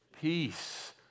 peace